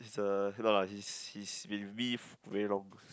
he's uh no lah he's he's been with me f~ very long